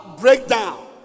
breakdown